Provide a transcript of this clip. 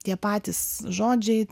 tie patys žodžiai